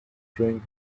drink